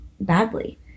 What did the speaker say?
badly